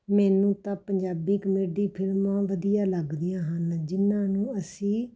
ਮੈਨੂੰ ਤਾਂ ਪੰਜਾਬੀ ਕਮੇਡੀ ਫਿਲਮਾਂ ਵਧੀਆ ਲੱਗਦੀਆਂ ਹਨ ਜਿਨ੍ਹਾਂ ਨੂੰ ਅਸੀਂ